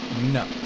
No